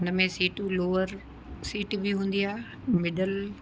हुन में सीटूं लोअर सीट बि हूंदी आहे मिडल